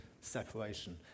separation